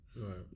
Right